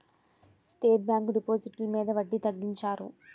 state bank డిపాజిట్లు మీద వడ్డీ తగ్గించారు